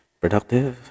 productive